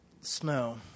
snow